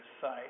site